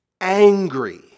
angry